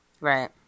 Right